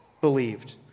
believed